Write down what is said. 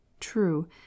true